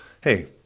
Hey